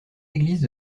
églises